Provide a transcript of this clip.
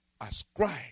Ascribe